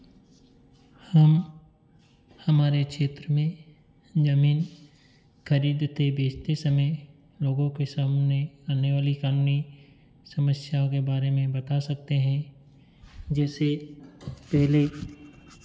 हम हमारे क्षेत्र में ज़मीन खरीदते बेचते समय लोगों के सामने आने वाली कानूनी समस्याओं के बारे में बता सकते हैं जैसे पहले